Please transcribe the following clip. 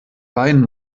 weinen